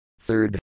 Third